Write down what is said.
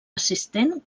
assistent